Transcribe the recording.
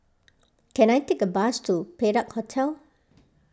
can I take a bus to Perak Hotel